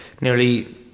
nearly